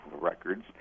records